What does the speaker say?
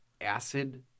Acid